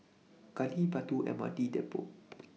Gali Batu MRT Depot